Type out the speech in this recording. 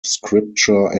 scripture